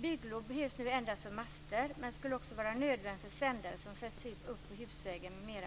Bygglov behövs nu endast för master men borde också vara nödvändigt för sändare som sätts upp på husväggar m.m.